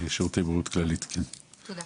יונת למד, שירותי בריאות כללית, תנסי